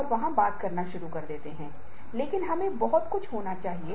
और कई चीजें करता है जो आंतरिक रूप से वो करना चाहता है